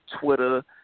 Twitter